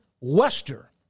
Wester